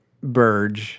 Burge